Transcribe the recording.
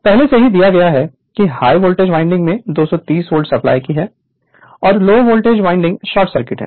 पहले से ही दिया गया है कि हाई वोल्टेज वाइंडिंग में 230 वोल्ट सप्लाई की है और low voltage winding short circuit है